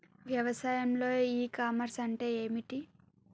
వ్యవసాయంలో e commerce అంటే ఏమిటి?